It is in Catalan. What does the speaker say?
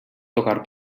tocar